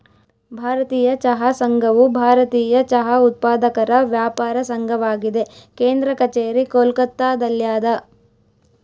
ಭಾರತೀಯ ಚಹಾ ಸಂಘವು ಭಾರತೀಯ ಚಹಾ ಉತ್ಪಾದಕರ ವ್ಯಾಪಾರ ಸಂಘವಾಗಿದೆ ಕೇಂದ್ರ ಕಛೇರಿ ಕೋಲ್ಕತ್ತಾದಲ್ಯಾದ